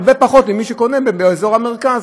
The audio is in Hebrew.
הרבה פחות ממי שקונה באזור המרכז,